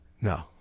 No